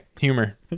humor